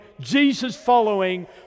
Jesus-following